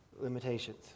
limitations